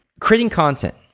creating content.